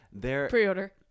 Pre-order